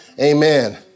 Amen